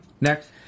next